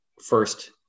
first